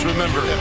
Remember